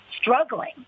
struggling